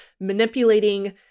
manipulating